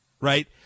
Right